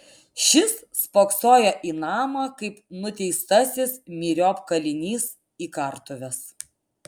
šis spoksojo į namą kaip nuteistasis myriop kalinys į kartuves